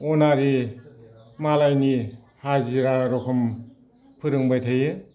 अनारि मालायनि हाजिरा रखम फोरोंबाय थायो